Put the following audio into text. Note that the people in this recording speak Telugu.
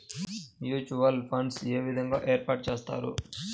మ్యూచువల్ ఫండ్స్ ఏ విధంగా ఏర్పాటు చేస్తారు?